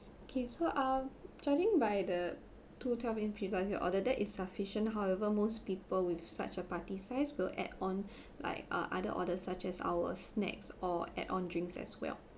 okay so um judging by the two twelve inch pizza that you order that is sufficient however most people with such a party size will add on like uh other orders such as our snacks or add on drinks as well